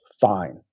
fine